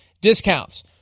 discounts